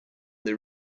they